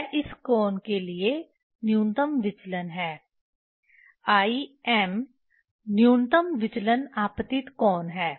यह इस कोण के लिए न्यूनतम विचलन है i m न्यूनतम विचलन आपतित कोण है